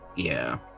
yeah.